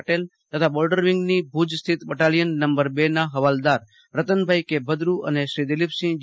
પટેલ તથા બોર્ડર વિંગની ભુજ સ્થિત બટાલિયન નંબર બેના હવાલદાર રતનાભાઈ કે ભદ્રુ અને દિલિપસિંહ જે